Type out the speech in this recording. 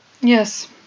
yes